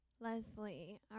Leslie